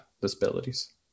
disabilities